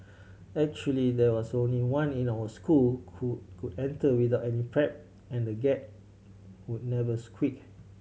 actually there was only one in our school who could enter without any prep and the Gate would never squeak